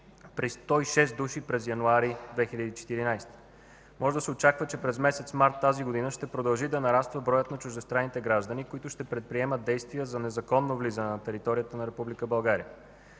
при 106 души през януари 2014 г. Може да се очаква, че през месец март тази година ще продължи да нараства броят на чуждестранните граждани, които ще предприемат действия за незаконно влизане на територията на